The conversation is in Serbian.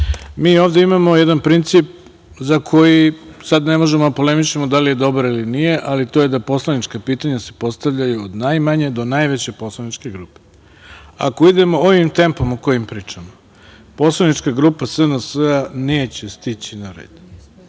ovde imamo jedan princip za koji sad ne možemo da polemišemo da li je dobar ili nije, ali to je da se poslanička pitanja postavljaju od najmanje do najveće poslaničke grupe. Ako idemo ovim tempom kojim pričamo, poslanička grupa Srpska napredna stranka neće